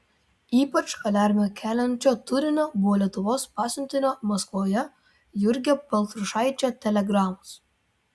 ypač aliarmą keliančio turinio buvo lietuvos pasiuntinio maskvoje jurgio baltrušaičio telegramos